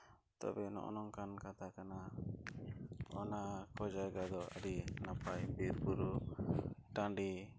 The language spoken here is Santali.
ᱛᱚᱵᱮ ᱱᱚᱝᱠᱟᱱ ᱠᱟᱛᱷᱟ ᱠᱟᱱᱟ ᱚᱱᱟ ᱠᱚ ᱡᱟᱭᱜᱟ ᱫᱚ ᱟᱹᱰᱤ ᱱᱟᱯᱟᱭ ᱵᱤᱨᱼᱵᱩᱨᱩ ᱴᱟᱺᱰᱤ